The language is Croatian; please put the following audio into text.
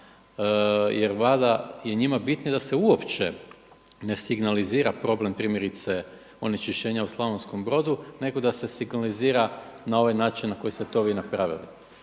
jer valjda je njima bitnije da se uopće ne signalizira problem primjerice onečišćenja u Slavonskom Brodu, nego da se signalizira na ovaj način na koji ste vi to napravili.